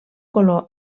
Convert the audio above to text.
color